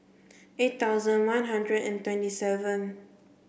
eight thousand one hundred and twenty seven